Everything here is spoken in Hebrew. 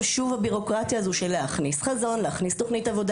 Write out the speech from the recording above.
הביורוקרטיה של להכניס חזון ולהכניס תוכנית עבודה